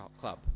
club